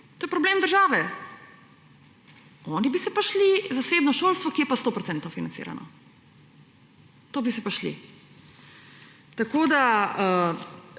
to je problem države. Oni bi se pa šli zasebno šolstvo, ki je pa 100-odstotno financirano. To bi se pa šli. Dokler